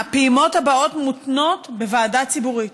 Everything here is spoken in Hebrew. הפעימות הבאות מותנות בוועדה ציבורית.